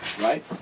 Right